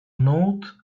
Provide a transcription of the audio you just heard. note